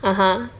(uh huh)